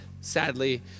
sadly